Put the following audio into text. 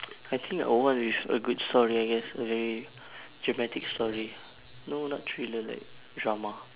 I think I would want with a good story I guess a very dramatic story no not thriller like drama